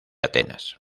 atenas